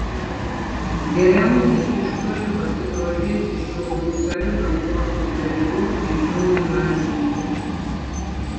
geriausia iš toli pasigrožėti šiuo unikaliu gamtos sutvėrimu ir jo negąsdinti